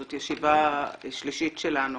זאת ישיבה שלישית שלנו